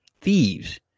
thieves